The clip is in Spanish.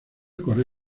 corre